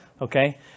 okay